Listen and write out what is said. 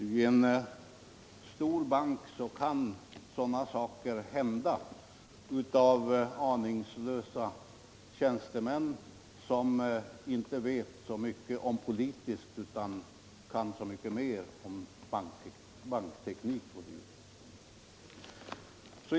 I en stor bank kan sådana här saker hända när man har aningslösa tjänstemän som inte kan så mycket om politik men så mycket mer om bankteknik o. d.